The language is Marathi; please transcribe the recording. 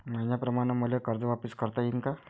मईन्याप्रमाणं मले कर्ज वापिस करता येईन का?